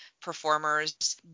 performers